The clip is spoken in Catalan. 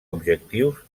objectius